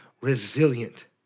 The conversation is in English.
resilient